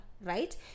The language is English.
Right